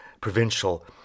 provincial